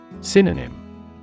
Synonym